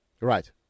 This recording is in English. right